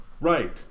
Right